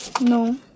No